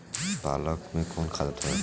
पालक में कौन खाद डाली?